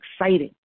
exciting